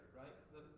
right